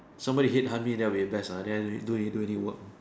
somebody headhunt me that will be the best lah then I don't need do any do any work